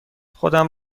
خودم